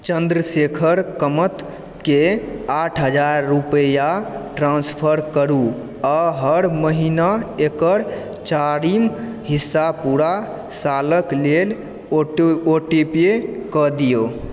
चन्द्रशेखर कामतकेँ आठ हजार रूपैआ ट्रांस्फर करू आ हर महिना एकर चारिम हिस्सा पूरा सालक लेल ऑटोपे कऽ दियौ